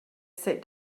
sit